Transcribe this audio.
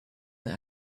that